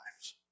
lives